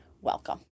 welcome